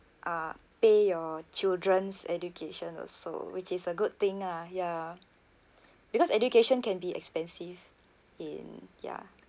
uh pay your children's education also which is a good thing lah ya because education can be expensive in ya